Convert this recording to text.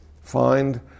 find